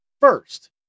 First